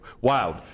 Wild